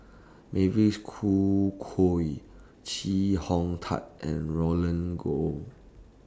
Mavis Khoo Chee Hong Tat and Roland Goh